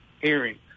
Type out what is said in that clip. hearing